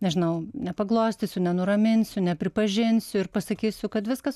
nežinau nepaglostysiu nenuraminsiu nepripažinsiu ir pasakysiu kad viskas